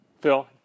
Phil